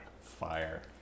fire